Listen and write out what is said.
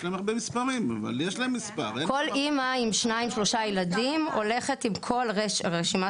כל אמא עם שניים-שלושה ילדים הולכת עם כל הרשימה